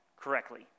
correctly